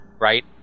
right